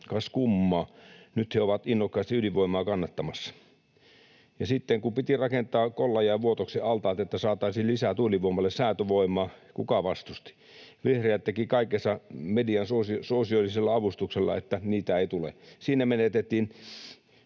Kas kummaa, nyt he ovat innokkaasti ydinvoimaa kannattamassa. Ja sitten kun piti rakentaa Kollajan ja Vuotoksen altaat, että saataisiin lisää tuulivoimalle säätövoimaa, kuka vastusti? Vihreät tekivät kaikkensa median suosiollisella avustuksella, että niitä ei tule. Siinä menetettiin